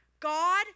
God